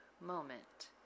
moment